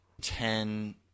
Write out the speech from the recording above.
ten –